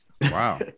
Wow